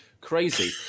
crazy